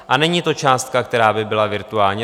A není to částka, která by byla virtuální.